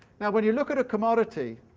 now when you look at a commodity,